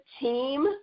team